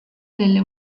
nelle